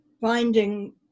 finding